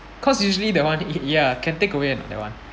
cause usually that one e~ ya can take away or not that one